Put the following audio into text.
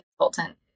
consultant